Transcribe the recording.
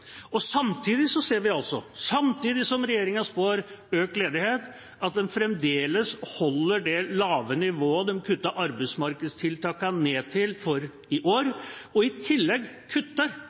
Men samtidig som regjeringa spår økt ledighet, holder den fremdeles det lave nivået den kuttet arbeidsmarkedstiltakene ned til for i år. I tillegg